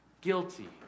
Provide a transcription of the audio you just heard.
guilty